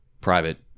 private